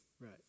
Right